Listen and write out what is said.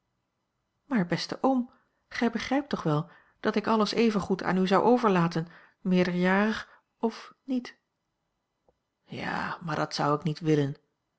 maar beste oom gij begrijpt toch wel dat ik alles evengoed aan u zou overlaten meerderjarig of niet ja maar dat zou ik niet willen